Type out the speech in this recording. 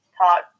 talk